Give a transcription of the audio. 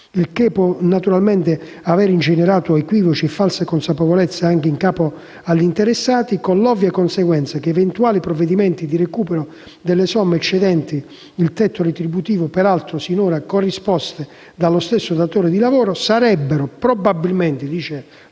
il che può naturalmente avere ingenerato equivoci o false consapevolezze anche in capo agli interessati, con l'ovvia conseguenza che eventuali provvedimenti di recupero delle somme eccedenti il tetto retributivo peraltro sinora corrisposte dallo stesso datore di lavoro sarebbero probabilmente forieri